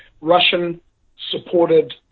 Russian-supported